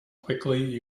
quickly